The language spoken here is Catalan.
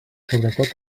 sobretot